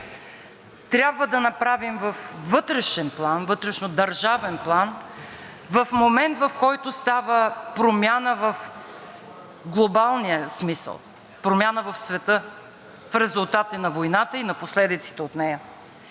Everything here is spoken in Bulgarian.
трябва да направим във вътрешнодържавен план в момент, в който става промяна в глобалния смисъл, промяна в света в резултат и на войната, и на последиците от нея.